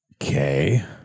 Okay